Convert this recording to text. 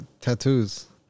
tattoos